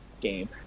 game